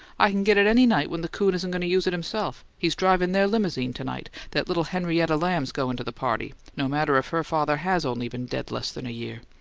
i can get it any night when the coon isn't goin' to use it himself. he's drivin' their limousine to-night that little henrietta lamb's goin' to the party, no matter if her father has only been dead less'n a year!